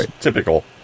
typical